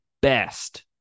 best